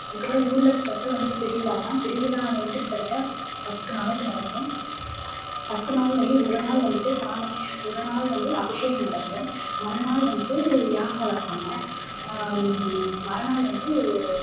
அதுக்கப்புறம் ஊரில் ஸ்பெஷல் வந்துட்டு திருவிழா தான் திருவிழா வந்துட்டு கிட்டத்தட்ட பத்து நாளைக்கு நடக்கும் பத்து நாள்லேயும் ஒரு நாள் வந்துட்டு சாமி ஒரு நாள் வந்து அபிஷேகம் நடக்கும் மறுநாள் வந்துட்டு யாகம் வளர்ப்பாங்க மறுநாள் வந்து